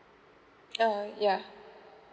uh yeah